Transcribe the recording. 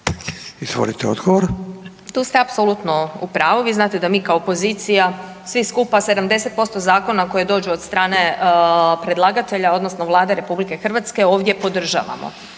Sabina (SDP)** Tu ste apsolutno u pravu. Vi znate da mi kao opozicija svi skupa 70% zakona koji dođu od strane predlagatelja odnosno Vlade RH ovdje podržavamo.